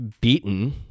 beaten